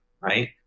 right